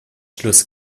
schluss